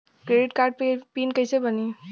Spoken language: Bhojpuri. क्रेडिट कार्ड के पिन कैसे बनी?